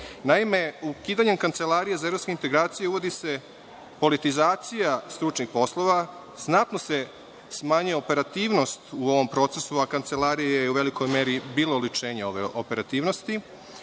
Naime, ukidanjem Kancelarije za evropske integracije uvodi se politizacija stručnih poslova. Znatno se smanjuje operativnost u ovom procesu, a Kancelarija je u velikoj meri bila oličenje ove operativnosti,